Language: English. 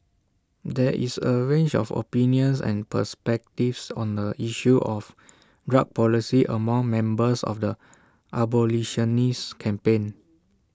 there is A range of opinions and perspectives on the issue of drug policy among members of the abolitionist campaign